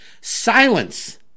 Silence